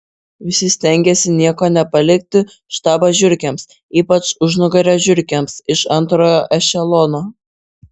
visi stengėsi nieko nepalikti štabo žiurkėms ypač užnugario žiurkėms iš antrojo ešelono